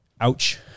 Ouch